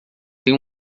tem